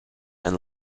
and